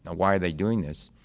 and why are they doing this?